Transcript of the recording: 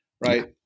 right